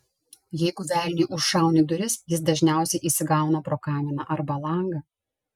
jeigu velniui užšauni duris jis dažniausiai įsigauna pro kaminą arba langą